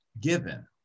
given